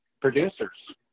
producers